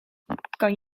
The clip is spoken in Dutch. kan